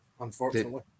unfortunately